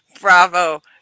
Bravo